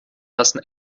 lassen